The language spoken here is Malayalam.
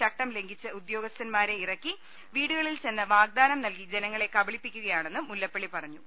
ചട്ടം ലംഘിച്ച് ഉദ്യോഗസ്ഥന്മാരെ ഇറക്കി വീടുകളിൽ ചെന്ന് വാഗ്ദാനം നൽകി ജനങ്ങളെ കബളിപ്പിക്കുകയാണെന്നും മുല്ലപ്പള്ളി പറഞ്ഞു